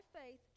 faith